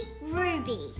Ruby